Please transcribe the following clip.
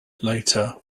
later